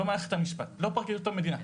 לא מערכת המשפט, לא פרקליטות המדינה.